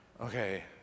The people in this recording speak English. okay